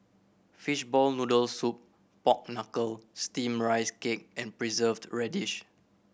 fishball noodle soup pork knuckle Steamed Rice Cake with and Preserved Radish